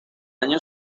año